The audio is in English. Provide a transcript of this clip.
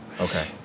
okay